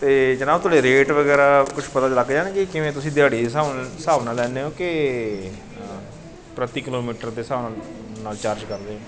ਅਤੇ ਜਨਾਬ ਤੁਹਾਡੇ ਰੇਟ ਵਗੈਰਾ ਕੁਛ ਪਤਾ ਲੱਗ ਜਾਣਗੇ ਕਿਵੇਂ ਤੁਸੀਂ ਦਿਹਾੜੀ ਦੇ ਹਿਸਾਬ ਹਿਸਾਬ ਨਾਲ ਲੈਂਦੇ ਹੋ ਕਿ ਪ੍ਰਤੀ ਕਿਲੋਮੀਟਰ ਦੇ ਹਿਸਾਬ ਨਾਲ ਚਾਰਜ ਕਰਦੇ